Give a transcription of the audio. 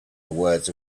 words